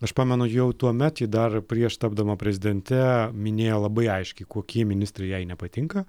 aš pamenu jau tuomet ji dar prieš tapdama prezidente minėjo labai aiškiai kokie ministrai jai nepatinka